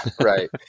right